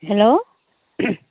hello